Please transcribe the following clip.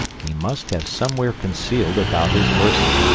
he must have somewhere concealed about his person.